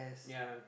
ya